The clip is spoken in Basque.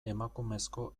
emakumezko